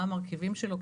מה המרכיבים שלו,